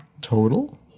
Total